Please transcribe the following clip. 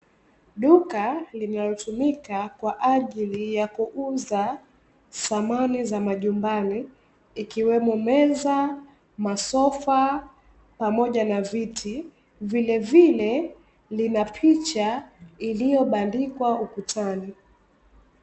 Duka linalotumika kwa ajili ya kuuza samani za majumbani ikiwemo meza, masofa pamoja na viti, vilevile lina picha iliyobandikwa ukutani.